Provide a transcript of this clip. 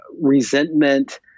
resentment